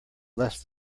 less